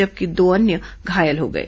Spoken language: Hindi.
जबकि दो अन्य घायल हो गए